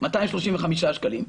235 שקלים.